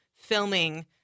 filming